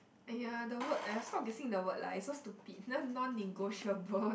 !aiya! the word !aiya! stop guessing the word lah it's so stupid non negotiable